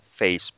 Facebook